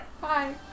Bye